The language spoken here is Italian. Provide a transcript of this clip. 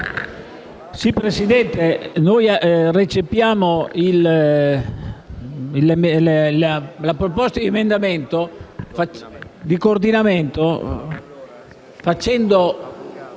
Presidente, recepiamo la proposta di coordinamento, facendo